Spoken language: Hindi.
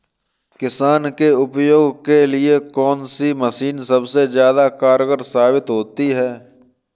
किसान के उपयोग के लिए कौन सी मशीन सबसे ज्यादा कारगर साबित होती है?